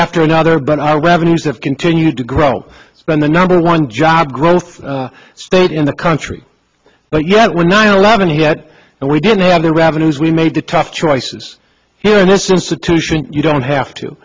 after another but our revenues have continued to grow but the number one job growth state in the country but yet we're nine eleven here and we didn't have the revenues we made the tough choices here in this institution you don't have to